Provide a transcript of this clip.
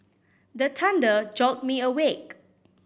the thunder jolt me awake